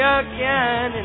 again